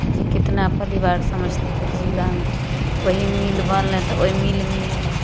जे कितना परिवार समस्तीपुर जिलामे तऽ वही मिल बनलनि तऽ ओहि मिलमे